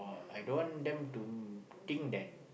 I don't want them to think that